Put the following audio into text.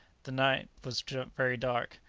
the night was not very dark,